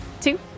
two